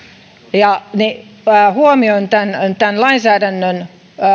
huomioon tämän lainsäädännön